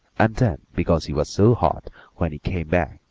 and then, because he was so hot when he came back,